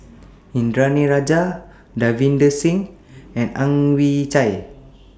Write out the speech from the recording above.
Indranee Rajah Davinder Singh and Ang Chwee Chai